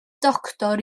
doctor